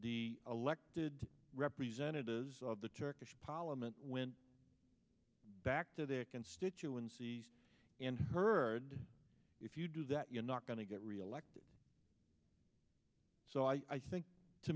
the elected representatives of the turkish parliament went back to their constituencies and heard if you do that you're not going to get reelected so i think to